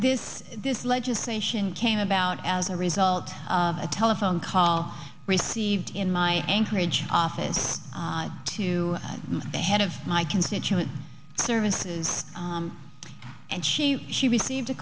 this this legislation came about as a result of a telephone call received in my anchorage office to the head of my constituent services and she she received a